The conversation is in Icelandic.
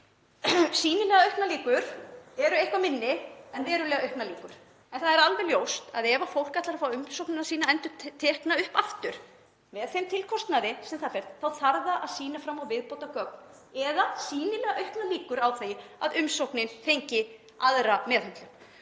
Sýnilega auknar líkur eru eitthvað minni en verulega auknar líkur. En það er alveg ljóst að ef fólk ætlar að fá umsókn sína tekna upp aftur með þeim tilkostnaði sem það hefur þá þarf það að sýna fram á viðbótargögn eða sýnilega auknar líkur á því að umsóknin fengi aðra meðhöndlun.